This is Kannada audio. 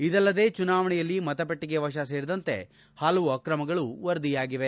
ಇದಲ್ಲದೆ ಚುನಾವಣೆಯಲ್ಲಿ ಮತಪೆಟ್ಟಿಗೆ ವಶ ಸೇರಿದಂತೆ ಹಲವು ಅಕ್ರಮಗಳು ವರದಿಯಾಗಿವೆ